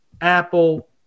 Apple